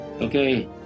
okay